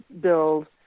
build